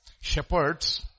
Shepherds